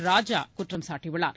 ராஜா குற்றம் சாட்டியுள்ளார்